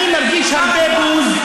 אני מרגיש הרבה בוז,